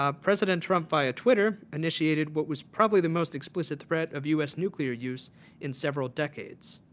ah president trump via twitter initiated what was probably the most explicit threat of u s. nuclear use in several decades.